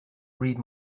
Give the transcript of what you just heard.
read